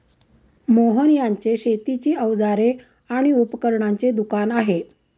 मोहन यांचे शेतीची अवजारे आणि उपकरणांचे दुकान आहे